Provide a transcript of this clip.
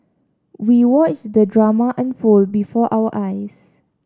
we watched the drama unfold before our eyes